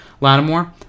Lattimore